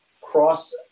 Cross